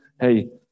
hey